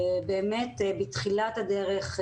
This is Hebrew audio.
באמת בתחילת הדרך,